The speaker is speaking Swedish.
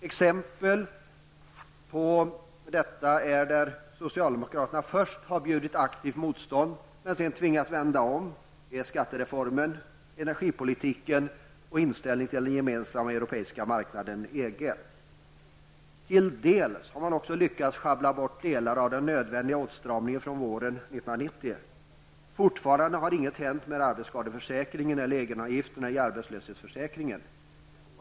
Exempel på fall där socialdemokraterna först har bjudit aktivt motstånd men sedan tvingats vända om är skattereformen, energipolitiken och inställningen till den gemensamma europeiska marknaden EG. Till dels har man lyckats sjabbla bort delar av den nödvändiga åtstramningen från våren 1990. Fortfarande har inget hänt med arbetsskadeförsäkringen eller egenavgifterna i arbetslöshetsförsäkringen.